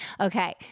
Okay